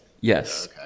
yes